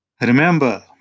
Remember